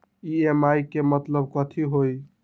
EMI के मतलब कथी होई?